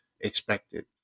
expected